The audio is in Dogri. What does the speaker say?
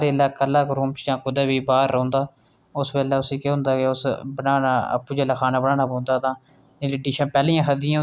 एह् रथ दा टुटा हुआ पहिया ऐ पर इसी तुस घट्ट निं समझेओ एह् बिलकुल घट्ट निं ऐ यदि कुसै धर्म दे युद्ध च